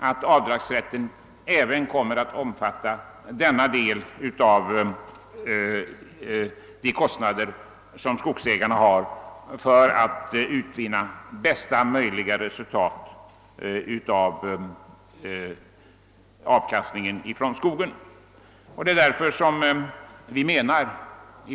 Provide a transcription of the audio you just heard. Om skogsägarna skall få största möjliga avkastning av sin skog är det därför angeläget att avdragsrätten omfattar båda dessa kostnader.